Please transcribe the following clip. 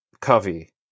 Covey